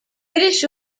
british